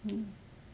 mm